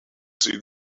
see